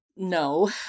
No